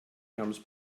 comes